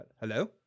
Hello